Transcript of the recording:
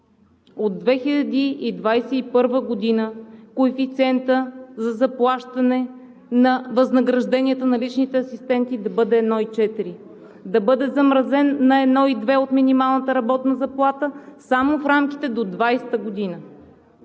от 2021 г. коефициентът за заплащане на възнагражденията на личните асистенти да бъде 1,4, да бъде замразен на 1,2 от минималната работна заплата само в рамките до 2020 г.